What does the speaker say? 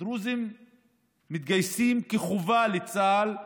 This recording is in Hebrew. הדרוזים מתגייסים כחובה לצה"ל,